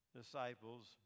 Disciples